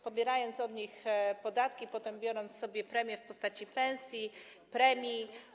Pobiera od nich podatki, potem bierze sobie je w postaci pensji, premii.